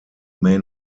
may